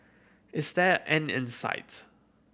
is there an end in sight